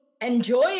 enjoy